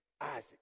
Isaac